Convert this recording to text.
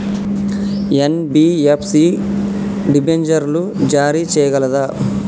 NBFC డిబెంచర్లు జారీ చేయగలదా?